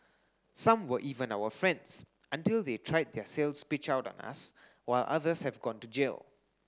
some were even our friends until they tried their sales pitch out on us while others have gone to jail